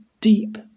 deep